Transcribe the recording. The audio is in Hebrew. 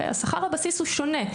שכר הבסיס הוא שונה.